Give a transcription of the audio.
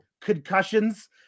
concussions